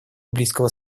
близкого